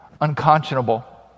unconscionable